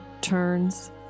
turns